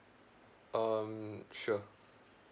um sure